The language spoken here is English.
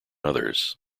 others